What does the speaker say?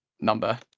number